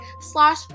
slash